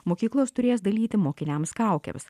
mokyklos turės dalyti mokiniams kaukes